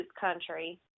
country